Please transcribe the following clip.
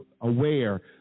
aware